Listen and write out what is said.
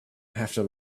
after